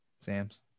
Sam's